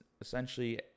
essentially